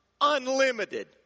unlimited